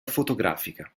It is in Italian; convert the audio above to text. fotografica